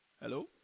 Hello